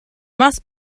must